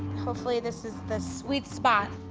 hopefully this is the sweet spot.